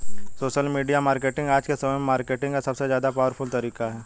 social media marketing आज के समय में मार्केटिंग का सबसे ज्यादा पॉवरफुल तरीका है